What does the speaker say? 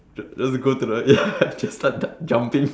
j~ just go the ya just started jumping